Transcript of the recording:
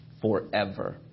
forever